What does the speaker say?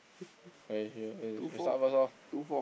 you start first lor